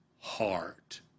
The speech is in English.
heart